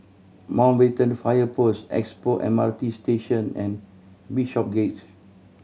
Mountbatten Fire Post Expo M R T Station and Bishopsgate